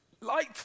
light